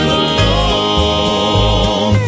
alone